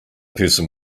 person